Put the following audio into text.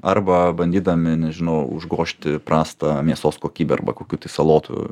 arba bandydami nežinau užgožti prastą mėsos kokybę arba kokių salotų